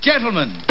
Gentlemen